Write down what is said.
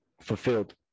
fulfilled